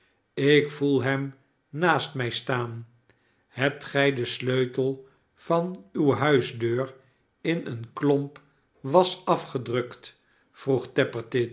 ik voel hem naast mij staan hebt gij den sleutel van uwe huisdeur in een klomp was afgedrukt vroeg